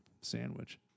sandwich